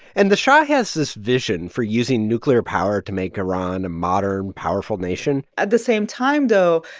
and the shah has this vision for using nuclear power to make iran a modern, powerful nation at the same time, though,